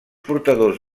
portadors